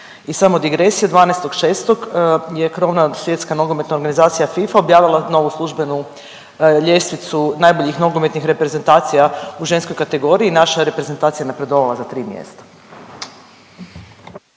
I samo digresija, 12.6. je Krovna svjetska nogometna organizacija FIFA objavila novu službenu ljestvicu najboljih nogometnih reprezentacija u ženskoj kategoriji i naša je reprezentacija napredovala za tri mjesta.